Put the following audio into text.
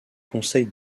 conseil